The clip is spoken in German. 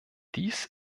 dies